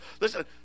listen